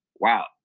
wow